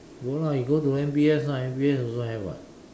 no lah you go to M_B_S lah M_B_S also have [what]